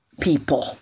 people